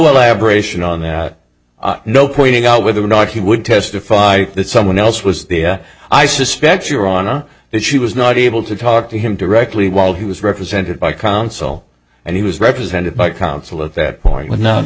elaboration on that no pointing out whether or not he would testify that someone else was the i suspect your honor that she was not able to talk to him directly while he was represented by counsel and he was represented by counsel at that point